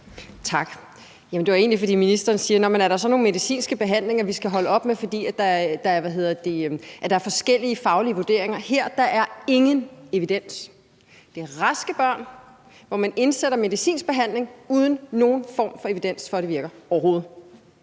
Tak. Det var egentlig, fordi ministeren spurgte, om der så er nogle medicinske behandlinger, vi skal holde op med at have, fordi der er forskellige faglige vurderinger. Her er der ingen evidens. Det er raske børn, og man indsætter medicinsk behandling uden nogen form for evidens for, at det virker, overhovedet.